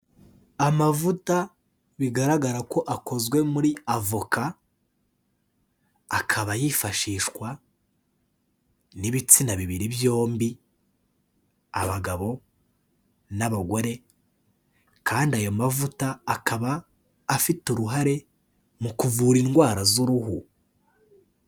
Amavuta bigaragara ko akozwe muri avoka, akaba yifashishwa n'ibitsina bibiri byombi, abagabo n'abagore kandi ayo mavuta, akaba afite uruhare mu kuvura indwara z'uruhu.